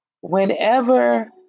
whenever